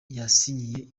yasinyiye